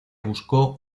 buscó